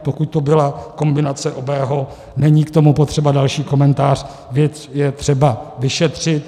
Pokud to byla kombinace obojího, není k tomu potřeba další komentář, věc je třeba vyšetřit.